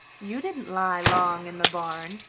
you didn't lie long in the barn,